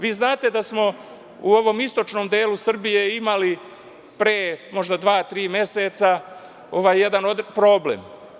Vi znate da smo u ovom istočnom delu Srbije imali pre možda dva, tri meseca jedan problem.